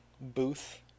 booth